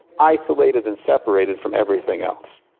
isolated and separated from everything else.